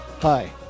Hi